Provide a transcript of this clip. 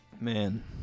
Man